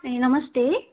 ए नमस्ते